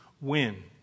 win